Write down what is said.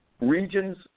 regions